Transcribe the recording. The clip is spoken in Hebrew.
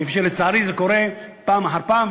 כפי שלצערי קורה פעם אחר פעם,